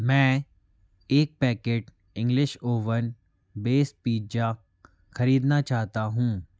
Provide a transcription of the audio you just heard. मैं एक packet English oven base pizza ख़रीदना चाहता हूँ